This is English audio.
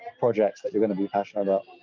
projects that you're going to be passionate about?